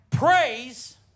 Praise